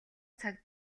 цаг